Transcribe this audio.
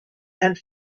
and